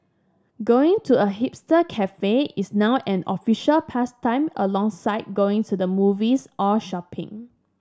going to a hipster cafe is now an official pastime alongside going to the movies or shopping